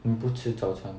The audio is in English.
你不吃早餐 ah